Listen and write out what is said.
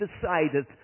decided